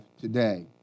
today